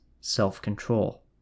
self-control